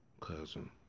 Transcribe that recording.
cousin